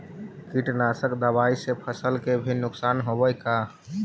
कीटनाशक दबाइ से फसल के भी नुकसान होब हई का?